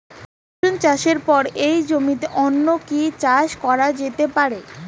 রসুন চাষের পরে ওই জমিতে অন্য কি চাষ করা যেতে পারে?